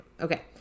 okay